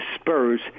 Spurs